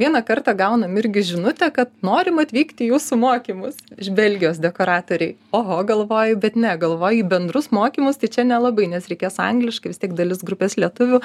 vieną kartą gaunam irgi žinutę kad norim atvykti į jūsų mokymus iš belgijos dekoratoriai oho galvoju bet ne galvoju į bendrus mokymus tai čia nelabai nes reikės angliškai vis tiek dalis grupės lietuvių